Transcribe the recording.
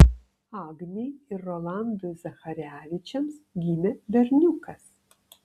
agnei ir rolandui zacharevičiams gimė berniukas